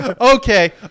okay